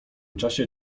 czasie